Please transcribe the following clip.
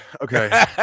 okay